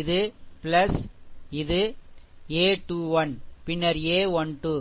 இது a21 பின்னர் a12